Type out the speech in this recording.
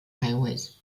highways